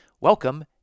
welcome